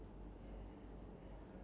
now is five o-clock right